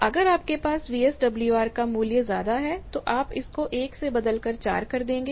अगर आपके पास वीएसडब्ल्यूआर का मूल्य ज्यादा है तो आप इसको 1 से बदलकर 4 कर देंगे